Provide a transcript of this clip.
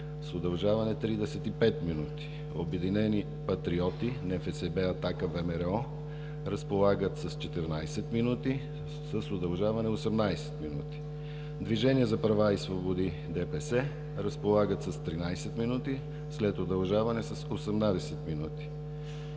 с удължаване – 35 минути; Обединени патриоти – НФСБ, Атака, ВМРО разполагат с 14 минути, с удължаване – 18 минути; Движението за права и свободи (ДПС) разполагат с 13 минути, с удължаване – 18 минути;